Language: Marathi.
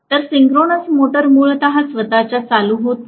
तर सिंक्रोनस मोटर मूळतः स्वतः चालू होत नाही